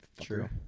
True